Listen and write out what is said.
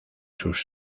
sus